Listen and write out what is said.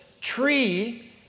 tree